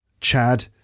Chad